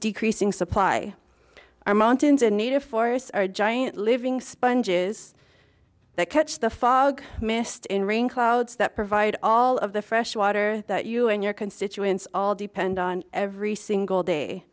decreasing supply our mountains in need of forests are a giant living sponge is that catch the fog mist in rain clouds that provide all of the fresh water that you and your constituents all depend on every single day